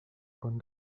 con